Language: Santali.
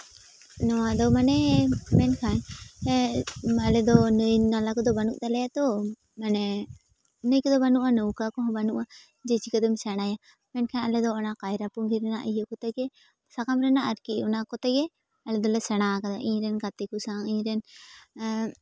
ᱱᱚᱣᱟ ᱫᱚ ᱢᱟᱱᱮ ᱢᱮᱱᱠᱷᱟᱱ ᱦᱮᱸ ᱟᱞᱮ ᱫᱚ ᱱᱟᱹᱭ ᱱᱟᱞᱟ ᱠᱚᱫᱚ ᱵᱟᱹᱱᱩᱜ ᱛᱟᱞᱮᱭᱟ ᱛᱚ ᱢᱟᱱᱮ ᱱᱟᱹᱭ ᱠᱚᱫᱚ ᱵᱟᱹᱱᱩᱜᱼᱟ ᱱᱟᱹᱣᱠᱟᱹ ᱠᱚᱦᱚᱸ ᱵᱟᱹᱱᱩᱜᱼᱟ ᱡᱮ ᱪᱤᱠᱟᱹ ᱛᱮᱢ ᱥᱮᱬᱟᱭᱟ ᱢᱮᱱᱠᱷᱟᱱ ᱟᱞᱮ ᱫᱚ ᱚᱱᱟ ᱞᱟᱭᱨᱟ ᱯᱩᱸᱜᱤ ᱨᱮᱱᱟᱜ ᱤᱭᱟᱹ ᱠᱚᱛᱮᱜᱮ ᱥᱟᱠᱟᱢ ᱨᱮᱱᱟᱜ ᱟᱨᱠᱤ ᱚᱱᱟ ᱠᱚᱛᱮᱜᱮ ᱟᱞᱮ ᱫᱚᱞᱮ ᱥᱮᱬᱟ ᱠᱟᱫᱟ ᱤᱧᱨᱮᱱ ᱜᱟᱛᱮ ᱠᱚ ᱥᱟᱶ ᱤᱧ ᱨᱮᱱ